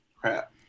crap